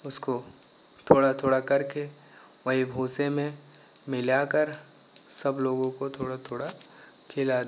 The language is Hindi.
उसको थोड़ा थोड़ा करके वही भूसे में मिलाकर सब लोगों को थोड़ा थोड़ा खिला देंगे